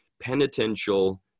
penitential